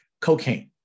Cocaine